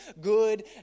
good